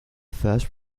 first